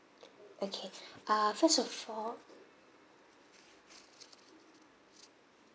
okay uh first of all